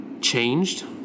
changed